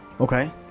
Okay